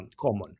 common